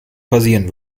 passieren